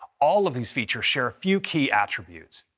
all of these features share a few key attributes.